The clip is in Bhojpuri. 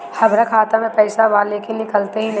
हमार खाता मे पईसा बा लेकिन निकालते ही नईखे?